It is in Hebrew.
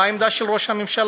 מה העמדה של ראש הממשלה?